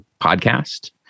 podcast